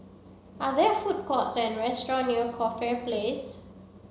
are there food courts and restaurants near Coffee Place